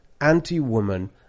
anti-woman